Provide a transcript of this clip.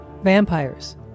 vampires